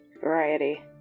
Variety